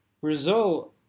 Brazil